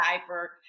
diaper